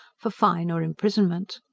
for fine or imprisonment.